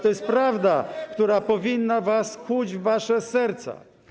To jest prawda, która powinna was kłuć w wasze serca.